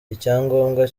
icyangombwa